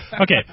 Okay